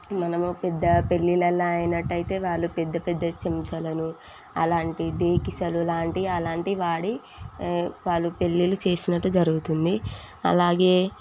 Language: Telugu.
మనము పెద్ద పెళ్ళిళ్ళల్లో అయినట్టయితే వాళ్ళు పెద్ద పెద్ద చెంచాలను అలాంటి డేక్షలు లాంటి అలాంటి వాడి వాళ్ళు పెళ్ళిళ్ళు చేసినట్టు జరుగుతుంది అలాగే